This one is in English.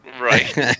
Right